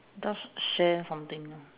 just share something lah